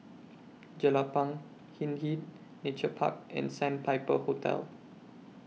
Jelapang Hindhede Nature Park and Sandpiper Hotel